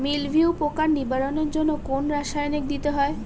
মিলভিউ পোকার নিবারণের জন্য কোন রাসায়নিক দিতে হয়?